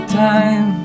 time